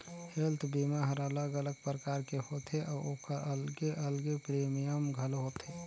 health बीमा हर अलग अलग परकार के होथे अउ ओखर अलगे अलगे प्रीमियम घलो होथे